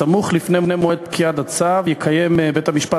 בסמוך לפני מועד פקיעת הצו יקיים בית-המשפט